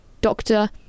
doctor